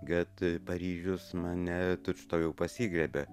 kad paryžius mane tučtuojau pasigriebė